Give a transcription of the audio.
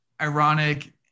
ironic